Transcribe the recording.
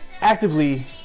actively